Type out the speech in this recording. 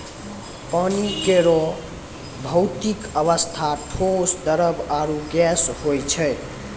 पानी केरो भौतिक अवस्था ठोस, द्रव्य आरु गैस होय छै